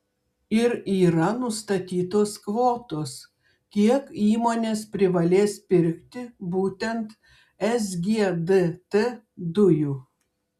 ir yra nustatytos kvotos kiek įmonės privalės pirkti būtent sgdt dujų